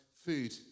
food